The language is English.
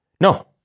No